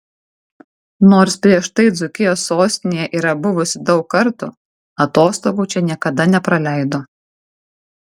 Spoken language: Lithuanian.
nors prieš tai dzūkijos sostinėje yra buvusi daug kartų atostogų čia niekada nepraleido